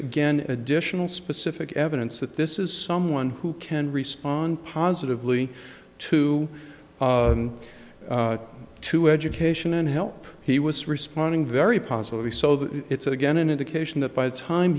again additional specific evidence that this is someone who can respond positively to to education and help he was responding very positively so that it's again an indication that by the time